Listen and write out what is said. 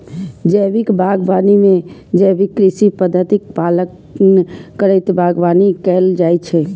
जैविक बागवानी मे जैविक कृषि पद्धतिक पालन करैत बागवानी कैल जाइ छै